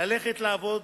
ללכת לעבוד,